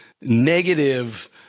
negative